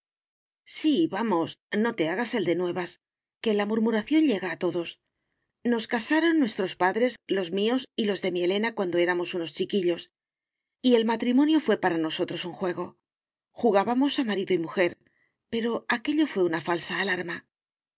sí vamos no te hagas el de nuevas que la murmuración llega a todos nos casaron nuestros padres los míos y los de mi elena cuando éramos unos chiquillos y el matrimonio fué para nosotros un juego jugábamos a marido y mujer pero aquello fué una falsa alarma